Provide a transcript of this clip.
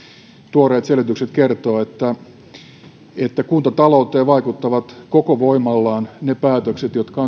tuoreet selvitykset kertovat että kuntatalouteen vaikuttavat koko voimallaan ne päätökset jotka